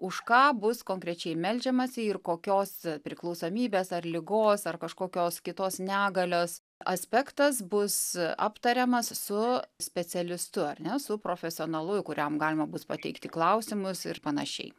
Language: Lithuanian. už ką bus konkrečiai meldžiamasi ir kokios priklausomybės ar ligos ar kažkokios kitos negalios aspektas bus aptariamas su specialistu ar ne su profesionalu kuriam galima bus pateikti klausimus ir panašiai